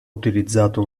utilizzato